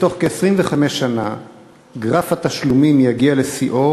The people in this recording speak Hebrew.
בתוך כ-25 שנה גרף התשלומים יגיע לשיאו